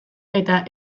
eta